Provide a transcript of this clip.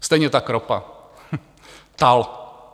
Stejně tak ropa, TAL.